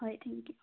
ꯍꯣꯏ ꯊꯦꯡꯀꯤꯌꯨ